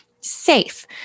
safe